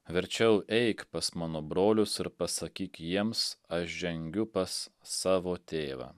verčiau eik pas mano brolius ir pasakyk jiems aš žengiu pas savo tėvą